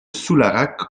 soularac